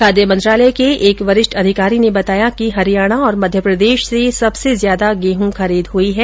खाद्य मंत्रालय के एक वरिष्ठ अधिकारी ने बताया कि हरियाणा और मध्यप्रदेश से सबसे ज्यादा गेह खरीद हई है